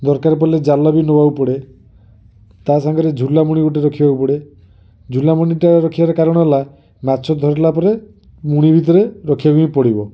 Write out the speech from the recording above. ଦରକାର ପଡ଼ିଲେ ଜାଲ ବି ନବାକୁ ପଡ଼େ ତା ସାଙ୍ଗରେ ଝୁଲା ମୁଣି ଗୋଟେ ରଖିବାକୁ ପଡ଼େ ଝୁଲା ମୁଣି ଟା ରଖିବା ର କାରଣ ହେଲା ମାଛ ଧରିଲା ପରେ ମୁଣି ଭିତରେ ରଖିବାକୁ ହିଁ ପଡ଼ିବ